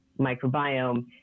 microbiome